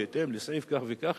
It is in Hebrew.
בהתאם לסעיף כך וכך,